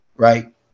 Right